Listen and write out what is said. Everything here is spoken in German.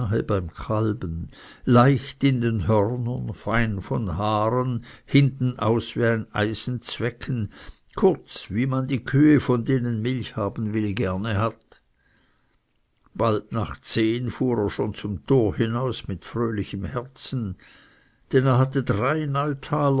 nähig leicht in den hörnern fein von haaren hintenaus wie ein eisenwecken kurz wie man die kühe von denen man milch haben will gerne hat bald nach zehn fuhr er schon zum tore hinaus mit fröhlichem herzen denn er hatte drei neutaler